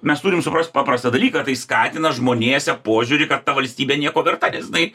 mes turim suprast paprastą dalyką tai skatina žmonėse požiūrį kad ta valstybė nieko verta nes jinai